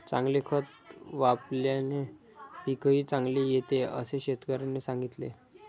चांगले खत वापल्याने पीकही चांगले येते असे शेतकऱ्याने सांगितले